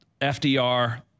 FDR